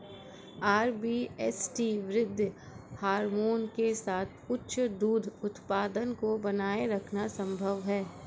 RBST वृद्धि hormone के साथ उच्च दूध उत्पादन को बनाए रखना संभव है